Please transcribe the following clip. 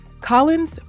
Collins